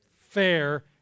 fair